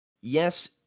Yes